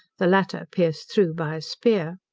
the latter pierced through by a spear.